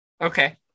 Okay